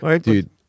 Dude